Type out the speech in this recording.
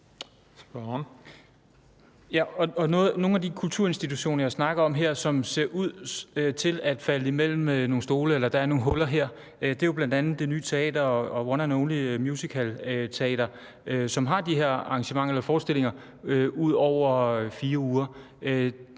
Nogle af de kulturinstitutioner, jeg snakker om her, som ser ud til at falde imellem nogle stole – eller hvor der er nogle huller – er jo bl.a. Det Ny Teater og One and Only Musical Teater, som har de her forestillinger, der varer